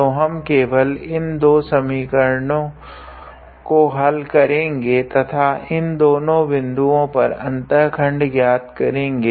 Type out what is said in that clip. तो हम केवल इन दो समीकरणों हल करेगे तथा हम इन दो बिन्दुओं पर अन्तःखंड ज्ञात करेगे